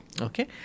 Okay